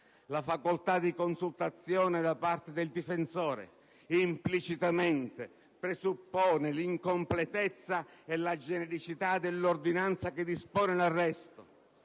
la facoltà di consultazione da parte del difensore implicitamente presuppone l'incompletezza e la genericità dell'ordinanza che dispone l'arresto,